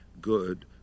good